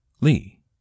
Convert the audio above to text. Lee